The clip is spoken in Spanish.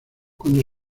cuando